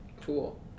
Cool